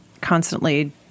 constantly